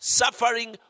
suffering